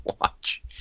watch